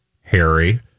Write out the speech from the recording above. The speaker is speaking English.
Harry